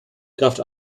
kraft